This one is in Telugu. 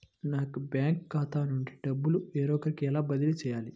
నా యొక్క బ్యాంకు ఖాతా నుండి డబ్బు వేరొకరికి ఎలా బదిలీ చేయాలి?